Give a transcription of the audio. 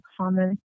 common